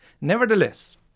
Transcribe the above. Nevertheless